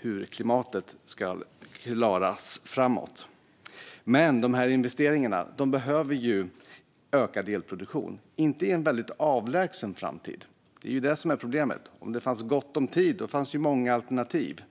hur klimatet ska klaras framåt. Men de här investeringarna kräver ökad elproduktion, och det inte i en avlägsen framtid. Det är ju det som är problemet. Om det fanns gott om tid skulle det finnas många alternativ.